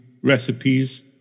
recipes